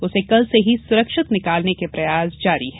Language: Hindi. उसे कल से ही सुरक्षित निकालने के प्रयास जारी हैं